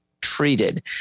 treated